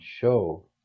show